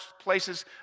places